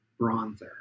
bronzer